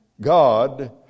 God